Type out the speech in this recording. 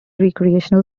recreational